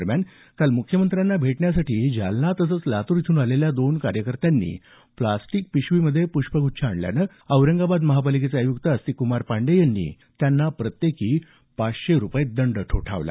दरम्यान काल मुख्यमंत्र्यांना भेटण्यासाठी जालना तसंच लातूर इथून आलेल्या दोन कार्यकर्त्यांनी प्लास्टीक पिशवीमध्ये प्ष्पग्च्छ आणल्यानं औरंगाबाद महापालिकेचे आयुक्त आस्तिकक्मार पाण्डेय यांनी त्यांना प्रत्येकी पाचशे रुपये दंड ठोठावला